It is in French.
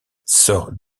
sort